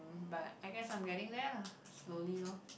um but I guess I'm getting there lah slowly lor